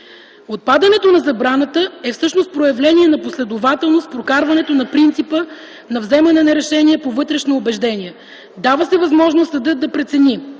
Отпадането на забраната е всъщност проявление на последователност в прокарването на принципа на вземане на решение по вътрешно убеждение. Дава се възможност съдът да прецени